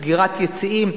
סגירת יציעים,